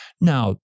Now